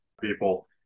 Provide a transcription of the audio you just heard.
people